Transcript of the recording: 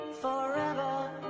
forever